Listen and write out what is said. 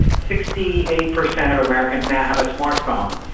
sixty eight percent of americans now have a smart phone.